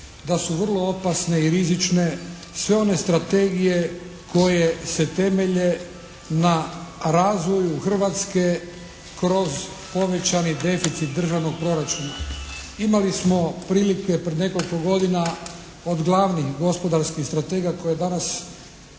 da su vrlo opasne i rizične sve one strategije koje se temelje na razvoju Hrvatske kroz povećani deficit državnog proračuna. Imali smo prilike pred nekoliko godina od glavnih gospodarskih stratega koje danas